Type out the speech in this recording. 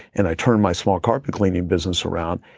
and i turned my small carpet cleaning business around,